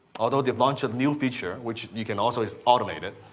although they've launched a new feature which you can also, is automated.